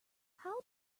how